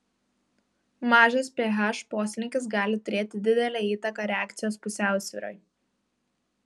mažas ph poslinkis gali turėti didelę įtaką reakcijos pusiausvyrai